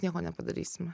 nieko nepadarysime